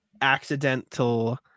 accidental